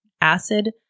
acid